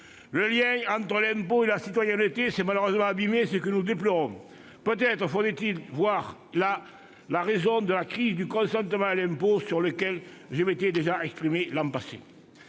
Le lien entre impôt et citoyenneté s'est malheureusement abîmé, ce que nous déplorons. Peut-être faut-il y voir la raison de la crise du consentement à l'impôt sur laquelle je m'étais déjà exprimé l'an passé.